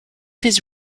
his